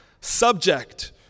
subject